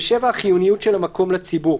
וכן: (7) החיוניות של המקום לציבור.